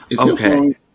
Okay